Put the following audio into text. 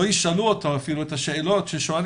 לא ישאלו אותו אפילו את השאלות ששואלים